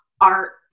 art